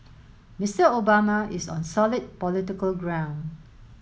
Mister Obama is on solid political ground